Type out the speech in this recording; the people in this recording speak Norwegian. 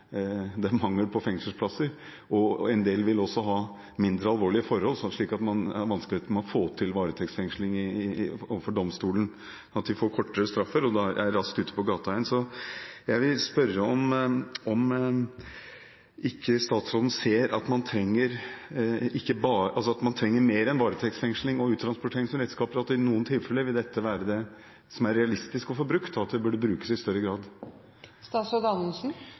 mangel på fengselsplasser. En del vil også gjelde mindre alvorlige forhold, slik at man har vanskeligheter med å få til varetektsfengsling overfor domstolen. De får da kortere straffer og er raskt ute på gata igjen. Jeg vil spørre om ikke statsråden ser at man trenger mer enn bare varetektsfengsling og uttransportering som redskap, for i noen tilfeller vil dette være det som er realistisk å få brukt, og det burde brukes i større grad.